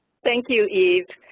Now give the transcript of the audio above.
thank you, eve.